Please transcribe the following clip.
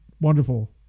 Wonderful